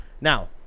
Now